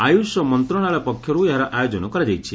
ଆୟୁଷ ମନ୍ତ୍ରଣାଳୟ ପକ୍ଷରୁ ଏହାର ଆୟୋଜନ କରାଯାଇଛି